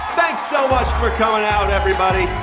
thanks so much for coming out, everybody.